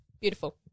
beautiful